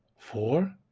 four